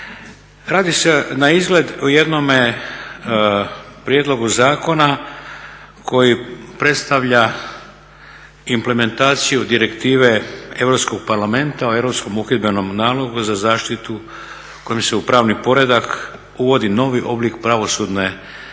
Radi se naizgled o jednome prijedlogu zakona koji predstavlja implementaciju direktive Europskog parlamenta o Europskog uhidbenom nalogu za zaštitu kojom se u pravni poredak uvodi novi oblik pravosudne suradnje